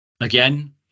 again